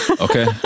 Okay